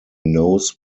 knows